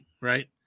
right